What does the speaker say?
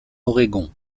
oregon